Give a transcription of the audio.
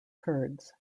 kurds